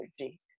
energy